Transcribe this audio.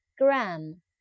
gram